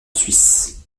suisse